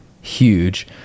huge